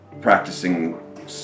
practicing